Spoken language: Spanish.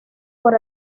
por